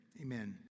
amen